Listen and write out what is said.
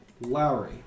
Lowry